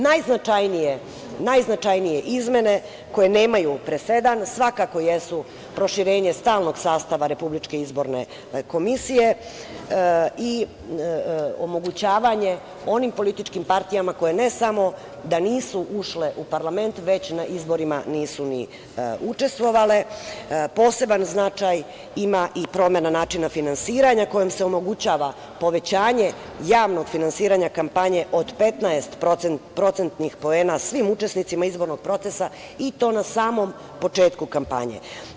Najznačajnije izmene koje nemaju presedan, svakako jesu proširenje stalnog sastava RIK i omogućavanje onim političkim partijama koje ne samo da nisu ušle u parlament, već na izborima nisu ni učestvovale, poseban značaj ima i promena načina finansiranja kojom se omogućava povećanje javnog finansiranja kampanje od 15% poena svim učesnicima izbornog procesa i to na samom početku kampanje.